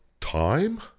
time